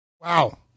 Wow